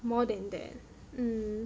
more than that